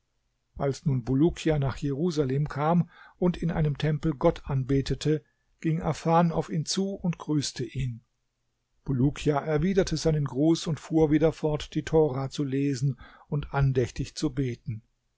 als nun bulukia nach jerusalem kam und in einem tempel gott anbetete ging afan auf ihn zu und grüßte ihn bulukia erwiderte seinen gruß und fuhr wieder fort die tora zu lesen und andächtig zu beten